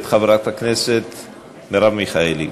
את מרב מיכאלי.